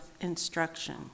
instruction